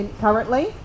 currently